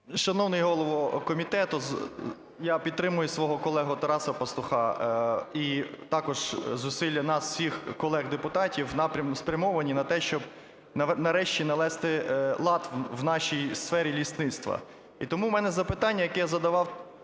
Шановний голову комітету, я підтримую свого колегу Тараса Пастуха і також зусилля нас всіх – колег депутатів в напряму... спрямовані на те, щоби нарешті навести лад в нашій сфері лісництва. І тому в мене запитання, яке я задавав